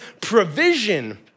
provision